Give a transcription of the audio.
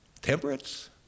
Temperance